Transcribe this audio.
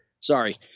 Sorry